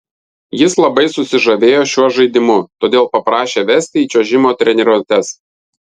jis labai susižavėjo šiuo žaidimu todėl paprašė vesti į čiuožimo treniruotes